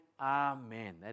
amen